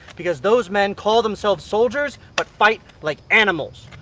because those men call themselves soldiers but fight like animals!